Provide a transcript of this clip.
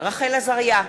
רחל עזריה,